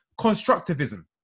constructivism